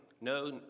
no